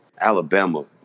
Alabama